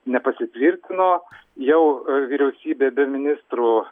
nepasitvirtino jau vyriausybė be ministrų